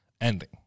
Ending